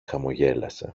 χαμογέλασε